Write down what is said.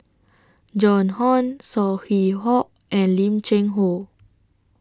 Joan Hon Saw Hock and Lim Cheng Hoe